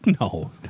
no